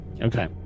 Okay